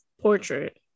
portrait